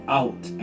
out